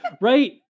Right